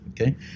okay